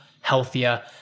healthier